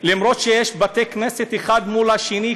למרות שיש בתי-כנסת אחד מול השני,